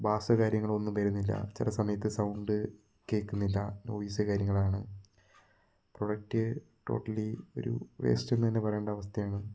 bass കാര്യങ്ങള് ഒന്നും വരുന്നില്ല ചില സമയത്ത് സൗണ്ട് കേക്കുന്നില്ല നോയിസ് കാര്യങ്ങളാണ് പ്രോഡക്ട് റ്റോട്ടലി ഒരു വേസ്റ്റെന്ന് തന്നെ പറയണ്ട അവസ്ഥയാണ്